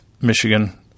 Michigan